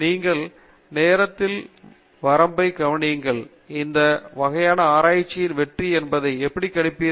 நீங்கள் நேரத்தின் வரம்பை கவனியுங்கள் இந்த வகையான ஆராய்ச்சியில் வெற்றி என்பதை எப்படி கணிப்பீர்கள்